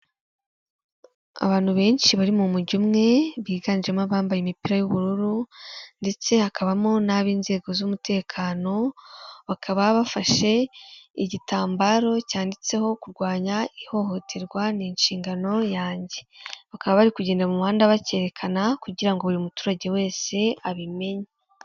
Abantu benshi bari mu mujyo umwe biganjemo abambaye imipira y'ubururu ndetse hakabamo n'ab'inzego z'umutekano, bakaba bafashe igitambaro cyanditseho kurwanya ihohoterwa ni inshingano yanjye, bakaba bari kugenda mu muhanda bakerekana kugira ngo buri muturage wese abimenye.